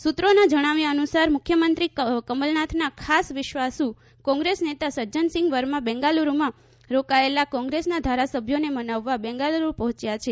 સૂત્રોના જણાવ્યા અનુસાર મુખ્યમંત્રી કમલનાથના ખાસ વિશ્વાસુ કોંગ્રેસ નેતા સજ્જનસિંહ વર્મા બેંગાલુરૂમાં રોકાયેલા કોંગ્રેસના ધારાસભ્યોને મનાવવા બેંગાલુરૂ પહોંચ્યા છે